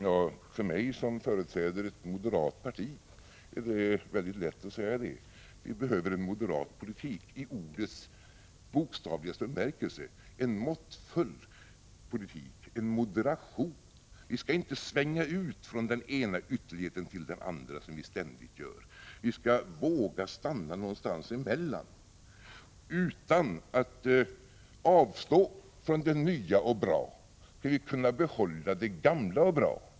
Ja, för mig som företräder ett moderat parti är det väldigt lätt att svara på det. Vi behöver en moderat politik i ordets bokstavligaste bemärkelse, en måttfull politik, en moderation. Vi skall inte svänga från den ena ytterligheten till den andra som vi ständigt gör. Vi skall våga stanna någonstans emellan. Utan att avstå från det som är nytt och bra skall vi kunna behålla det som är gammalt och bra.